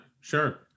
sure